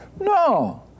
No